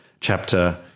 chapter